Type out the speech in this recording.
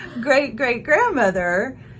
great-great-grandmother